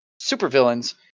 supervillains